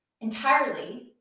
entirely